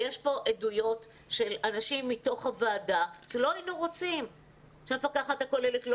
יש כאן עדויות של אנשים מתוך הוועדה: שהמפקחת הכוללת לא